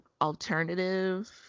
alternative